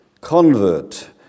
convert